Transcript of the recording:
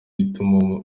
ituma